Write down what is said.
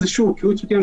זה לא נכון,